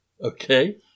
Okay